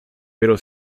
pero